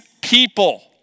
people